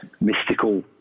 mystical